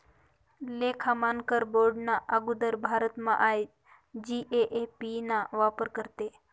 लेखा मानकर बोर्डना आगुदर भारतमा आय.जी.ए.ए.पी ना वापर करेत